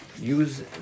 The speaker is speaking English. use